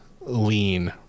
lean